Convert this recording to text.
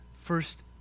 first